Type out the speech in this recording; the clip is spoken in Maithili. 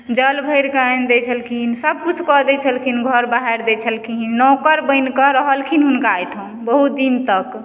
जल भरिके आनि दे छलखिन सब किछु कऽ दै छलखिन घर बहारि दै छलखिन नौकर बनिके रहलखिन हुनका अइ ठाउँ बहुत दिन तक